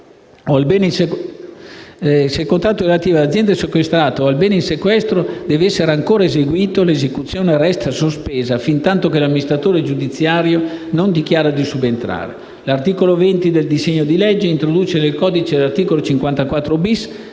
se il contratto relativo all'azienda sequestrata o al bene in sequestro deve essere ancora eseguito, l'esecuzione resta sospesa fintanto che l'amministratore giudiziario non dichiara di subentrare. L'articolo 20 del disegno di legge inserisce inoltre nel codice antimafia l'articolo 54-*bis*